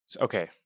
Okay